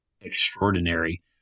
extraordinary